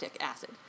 acid